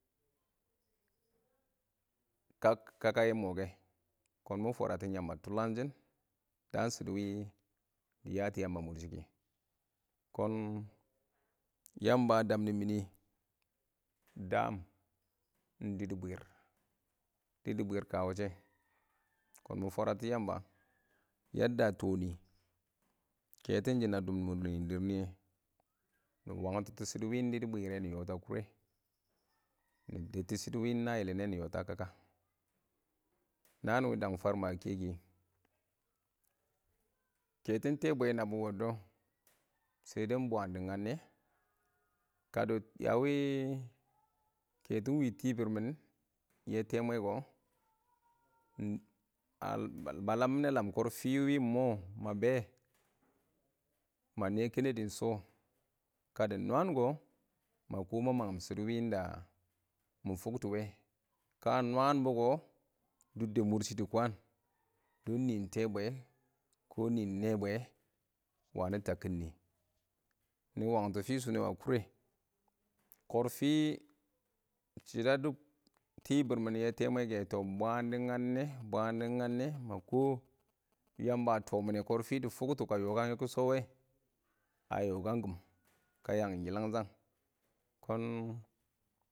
Kak-kaka yɛ mʊ kɛ, kɔn mɪ fwaratɪn Yamba tʊlanshɪn. Daan shɪ dʊ wɪ dɪ ya tʊ yaam a mʊr shɪ kɪ. kɔ Yamba a dam nɪ mɪnɪ daam dɪdʊbwɪr, dɪdʊbwɪr ɪng ka wʊshɛ, kɔn mɪ fwaratʊ Yamba yadda tɔnɪ, kɛtʊn shɪn a dʊm nɪɪm dɪrr nɪyɛ, nɪ wangtɪtʊ shɪdɔ wɪ na dɪdu bwɪrrɛ nɪ yɔ ta kʊrɛ, nɪ dəbttu shɪdɔ ɪng na yɪlɪn nɛ nɪ yɔ tɔ a kaka. Naan wɪ dang farmɛ a kɛ kɪ, kɛtɔn tɛɛbwɛ na bɪ wɔddɔ, shɛdɛ ɪng bwaan dɪ ngannɛ, kadɪ a wɪ kɛtɔ wɪ tibir mɪn yɛ tɛɛmwe kɔ, ba lam minɛ lam kɔrfɪ wɪ ɪng mɔ ma be ma nɛ kɛnɛdɪ shɔ, kadi nwaan kɔ, ma kɔ ma mangɪm shɪdɔ wɪ mɪ fʊktɔ wɛ, ka a nwaan bʊ kɔ, dʊbdɛ mʊr shɪ dɪ kwaan, dɔn nɪɪn tɛɛbwɛ dɪ nɪɪn nɛɛbwɛ wangɪn tabkɪn nɪ. Nɪ wangtɔ fɪshʊ nɛ a kʊrɛ. Kɔrfɪ shɪdɔ a dʊm tibir mɪn yɛ tɛɛmwɛ kɛ, bwaan dɪ ngannɛ dɪ nganne ma kɔ Yamba a tʊng mɪnɛ kɔrfi ka yɔ kang yɛ shɔ wɛ, a yɔ kang kɪm ka yangɪn yɪlangshang kɔn.